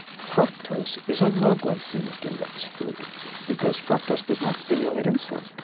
fructose is a low glycaemic index food because fructose does not stimulate insulin,